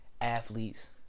athletes